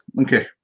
Okay